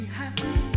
happy